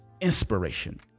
inspiration